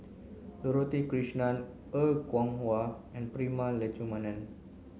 Dorothy Krishnan Er Kwong Wah and Prema Letchumanan